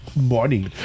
money